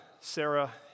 Sarah